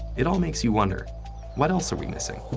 it all makes you wonder what else are we missing?